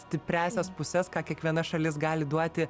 stipriąsias puses ką kiekviena šalis gali duoti